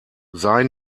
sei